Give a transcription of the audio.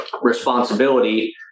responsibility